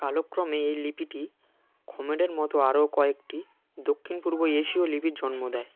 কালক্রমে এই লিপিটি খমেরের মতো আরও কয়েকটি দক্ষিণ পূর্ব এশীয় লিপির জন্ম দেয়